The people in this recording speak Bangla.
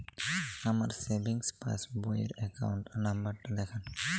আমার সেভিংস পাসবই র অ্যাকাউন্ট নাম্বার টা দেখান?